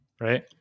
Right